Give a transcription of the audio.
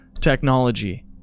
technology